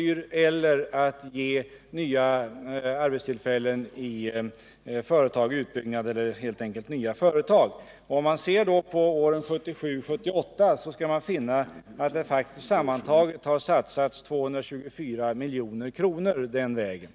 ju till att ge arbetstillfällen i företag vid utbyggnad eller vid nyföretagande. Under 1977/78 har det satsats 224 milj.kr. den vägen.